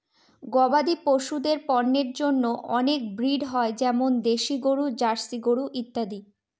গবাদি পশুদের পন্যের জন্য অনেক ব্রিড হয় যেমন দেশি গরু, জার্সি ইত্যাদি